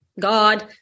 God